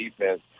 defense